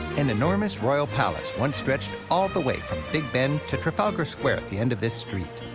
an enormous royal palace once stretched all the way from big ben to trafalgar square at the end of this street.